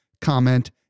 comment